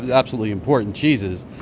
absolutely important cheeses.